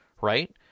Right